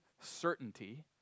certainty